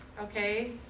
okay